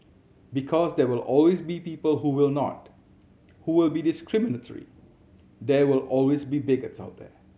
because there will always be people who will not who will be discriminatory there will always be bigots out there